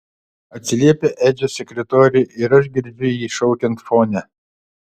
atsiliepia edžio sekretorė ir aš girdžiu jį šaukiant fone